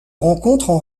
rencontrent